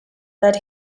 led